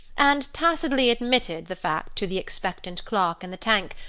and tacitly admitted the fact to the expectant clerk in the tank,